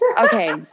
okay